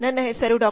ನನ್ನ ಹೆಸರು ಡಾ